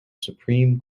supreme